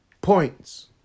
points